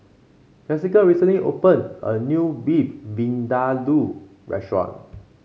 Jesica recently opened a new Beef Vindaloo restaurant